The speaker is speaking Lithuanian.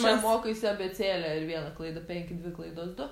čia mokaisi abėcėlę ir viena klaida penki dvi klaidos du